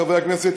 חברי הכנסת,